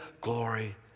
glory